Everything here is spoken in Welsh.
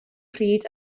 pryd